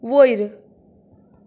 वयर